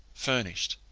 furnished.